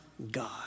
God